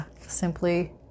simply